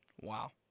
Wow